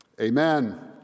Amen